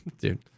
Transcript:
dude